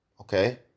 Okay